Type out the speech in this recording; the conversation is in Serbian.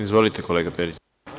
Izvolite kolega Periću.